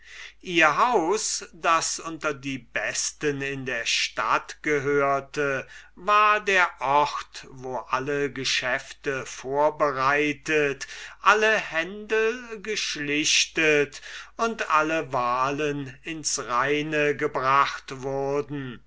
ihr haus das unter die besten in der stadt gehörte war der ort wo alle geschäfte vorbereitet alle händel geschlichtet und alle wahlen ins reine gebracht wurden